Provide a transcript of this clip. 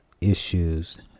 issues